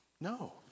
No